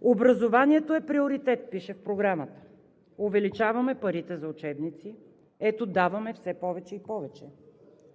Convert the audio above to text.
„Образованието е приоритет – пише в Програмата – увеличаваме парите за учебници, ето даваме все повече и повече.“